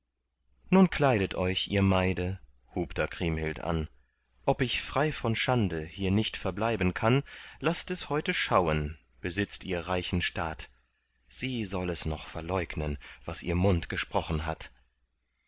nun kleidet euch ihr maide hub da kriemhild an ob ich frei von schande hier nicht verbleiben kann laßt es heute schauen besitzt ihr reichen staat sie soll es noch verleugnen was ihr mund gesprochen hat